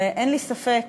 ואין לי ספק